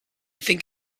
think